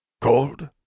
Cold